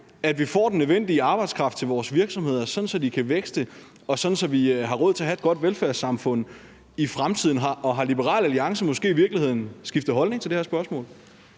at vi får den nødvendige arbejdskraft til vores virksomheder, sådan at de kan vækste, og sådan at vi har råd til at have et godt velfærdssamfund i fremtiden? Har Liberal Alliance måske i virkeligheden skiftet holdning til det her spørgsmål?